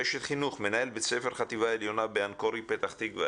בית ספר חטיבה עליונה באנקורי פתח-תקווה.